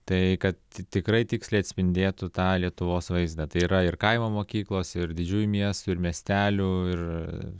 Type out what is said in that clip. tai kad tikrai tiksliai atspindėtų tą lietuvos vaizdą tai yra ir kaimo mokyklos ir didžiųjų miestų ir miestelių ir